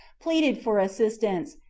pleaded for assistance,